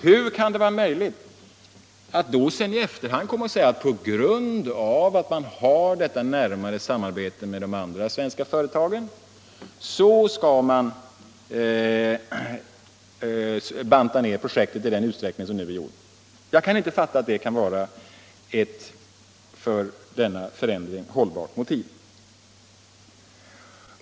Hur kan det vara möjligt att sedan i efterhand komma och säga att på grund av att man har detta närmare samarbete med de andra svenska företagen skall man banta ned projektet i den utsträckning som nu har skett? Jag kan inte fatta att det kan vara ett för denna förändring hållbart motiv.